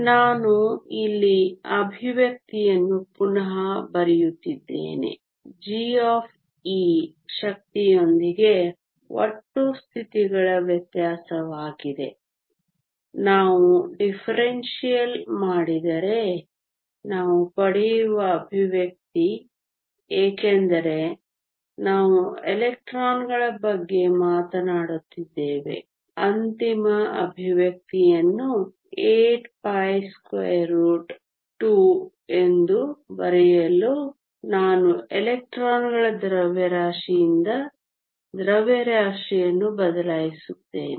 ನಾನು ಇಲ್ಲಿ ಎಕ್ಸ್ಪ್ರೆಶನ್ ಅನ್ನು ಪುನಃ ಬರೆಯುತ್ತೇನೆ g ಶಕ್ತಿಯೊಂದಿಗೆ ಒಟ್ಟು ಸ್ಥಿತಿಗಳ ವ್ಯತ್ಯಾಸವಾಗಿದೆ ನಾವು ಡಿಫರೆನ್ಷಿಯಲ್ ಮಾಡಿದರೆ ನಾವು ಪಡೆಯುವ ಎಕ್ಸ್ಪ್ರೆಶನ್ ಏಕೆಂದರೆ ನಾವು ಎಲೆಕ್ಟ್ರಾನ್ ಗಳ ಬಗ್ಗೆ ಮಾತನಾಡುತ್ತಿದ್ದೇವೆ ಅಂತಿಮ ಎಕ್ಸ್ಪ್ರೆಶನ್ ಅನ್ನು 8 π √ 2 ಎಂದು ಬರೆಯಲು ನಾನು ಎಲೆಕ್ಟ್ರಾನ್ಗಳ ದ್ರವ್ಯರಾಶಿಯಿಂದ ದ್ರವ್ಯರಾಶಿಯನ್ನು ಬದಲಾಯಿಸುತ್ತೇನೆ